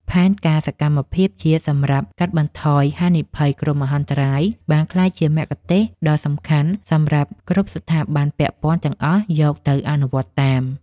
ផែនការសកម្មភាពជាតិសម្រាប់កាត់បន្ថយហានិភ័យគ្រោះមហន្តរាយ បានក្លាយជាមគ្គុទ្ទេសក៍ដ៏សំខាន់សម្រាប់គ្រប់ស្ថាប័នពាក់ព័ន្ធទាំងអស់យកទៅអនុវត្តតាម។